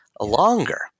longer